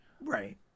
right